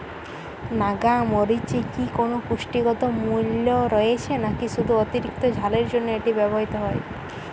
নাগা মরিচে কি কোনো পুষ্টিগত মূল্য রয়েছে নাকি শুধু অতিরিক্ত ঝালের জন্য এটি ব্যবহৃত হয়?